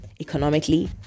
economically